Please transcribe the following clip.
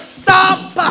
stop